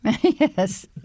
Yes